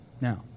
Now